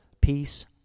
peace